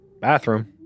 Bathroom